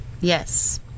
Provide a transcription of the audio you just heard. Yes